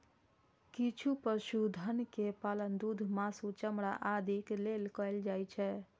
किछु पशुधन के पालन दूध, मासु, चमड़ा आदिक लेल कैल जाइ छै